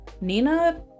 Nina